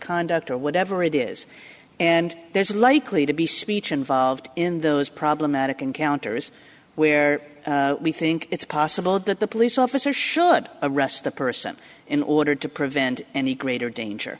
conduct or whatever it is and there's likely to be speech involved in those problematic encounters where we think it's possible that the police officers should arrest the person in order to prevent any greater danger